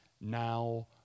now